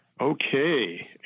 Okay